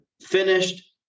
finished